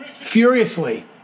furiously